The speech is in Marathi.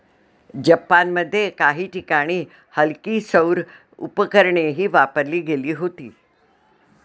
जपानमध्ये काही ठिकाणी हलकी सौर उपकरणेही वापरली गेली होती